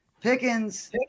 Pickens